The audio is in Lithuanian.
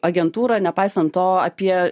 agentūra nepaisant to apie